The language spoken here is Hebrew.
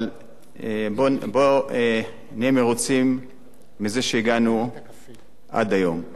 אבל בואו נהיה מרוצים מזה שהגענו עד היום.